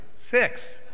six